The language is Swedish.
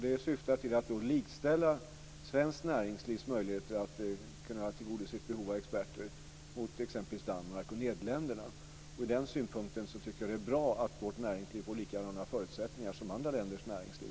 Det syftar till att likställa svenskt näringslivs möjligheter att tillgodose ett behov av experter med exempelvis Danmarks och Nederländernas. Ur den synpunkten tycker jag att det är bra att vårt näringsliv får samma förutsättningar som andra länders näringsliv.